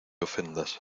ofendas